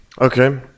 okay